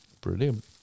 Brilliant